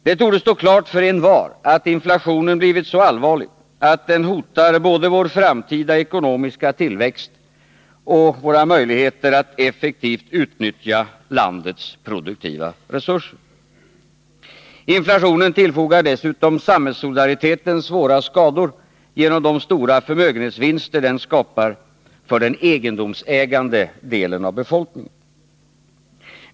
Det torde stå klart för envar att inflationen blivit så allvarlig att den hotar både vår framtida ekonomiska tillväxt och ett effektivt utnyttjande av landets produktiva resurser. Inflationen tillfogar dessutom samhällssolidariteten svåra skador genom de stora förmögenhetsvinster den skapar för den egendomsägande delen av befolkningen.